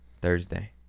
Thursday